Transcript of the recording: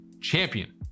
champion